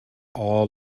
all